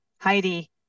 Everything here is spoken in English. Heidi